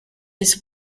this